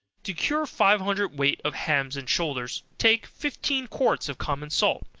to cure five hundred weight of hams and shoulders, take fifteen quarts of common salt,